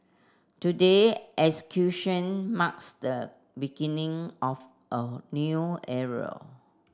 today acquisition marks the beginning of a new area